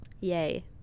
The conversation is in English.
yay